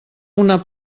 una